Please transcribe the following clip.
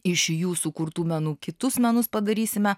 iš jų sukurtų menų kitus menus padarysime